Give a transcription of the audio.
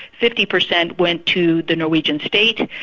fifty percent went to the norwegian state.